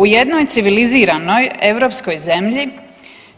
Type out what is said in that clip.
U jednoj civiliziranoj europskoj zemlji